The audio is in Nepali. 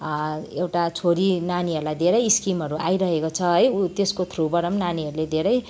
एउटा छोरी नानीहरूलाई धेरै स्किमहरू आउरहेको छ है उ त्यसको थ्रुबाट पनि नानीहरूले धेरै